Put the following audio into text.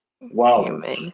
Wow